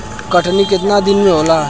कटनी केतना दिन मे होला?